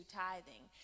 tithing